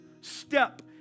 Step